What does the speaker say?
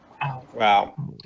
Wow